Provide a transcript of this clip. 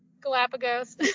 Galapagos